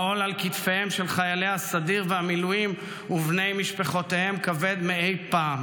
העול על כתפיהם של חיילי הסדיר והמילואים ובני משפחותיהם כבד מאי-פעם.